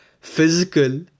physical